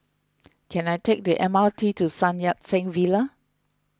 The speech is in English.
can I take the M R T to Sun Yat Sen Villa